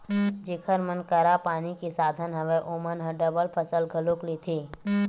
जेखर मन करा पानी के साधन हवय ओमन ह डबल फसल घलोक लेथे